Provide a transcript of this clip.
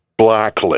blacklist